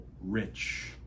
rich